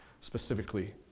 specifically